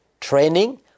training